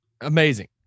amazing